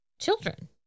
children